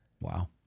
Wow